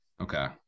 Okay